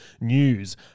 news